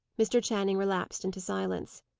mr. channing relapsed into silence.